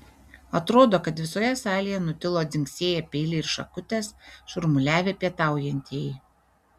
atrodo kad visoje salėje nutilo dzingsėję peiliai ir šakutės šurmuliavę pietaujantieji